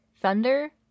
Thunder